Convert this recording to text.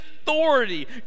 authority